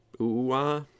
ooh-ah